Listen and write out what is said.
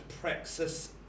Praxis